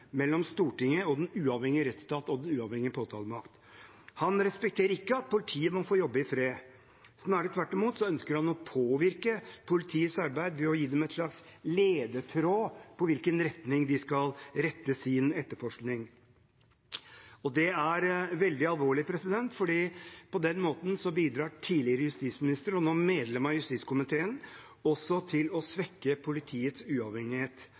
mellom Stortinget og den uavhengige rettsstat og den uavhengige påtalemakt. Han respekterer ikke at politiet må få jobbe i fred. Snarere tvert imot ønsker han å påvirke politiets arbeid ved å gi dem en slags ledetråd for hvilken retning de skal rette sin etterforskning i. Det er veldig alvorlig, for på den måten bidrar tidligere justisminister, og nå medlem av justiskomiteen, også til å svekke politiets uavhengighet.